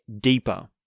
deeper